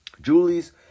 Julie's